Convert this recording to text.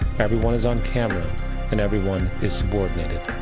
everyone is on camera and everyone is subordinate.